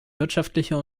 wirtschaftliche